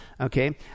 okay